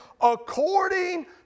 according